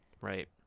right